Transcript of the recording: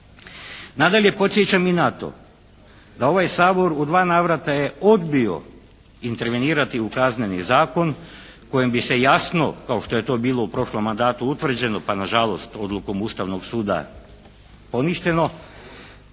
Nadalje podsjećam i na to da ovaj Sabor u dva navrata je odbio intervenirati u Kazneni zakon kojim bi se jasno, kao što je to bilo u prošlom mandatu utvrđeno pa nažalost odlukom Ustavnog suda poništeno